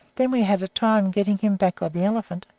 then we had a time getting him back on the elephant.